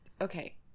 Okay